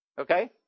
Okay